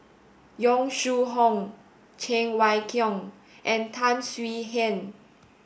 Yong Shu Hoong Cheng Wai Keung and Tan Swie Hian